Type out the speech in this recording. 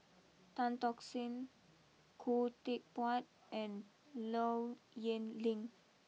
Tan Tock San Khoo Teck Puat and Low Yen Ling